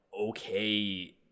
okay